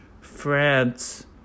France